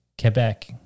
Quebec